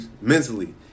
mentally